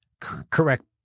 correct